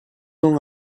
ans